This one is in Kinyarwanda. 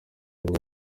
aribo